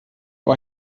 war